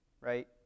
right